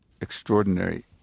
extraordinary